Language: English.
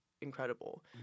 incredible